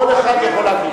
כל אחד יכול להגיד.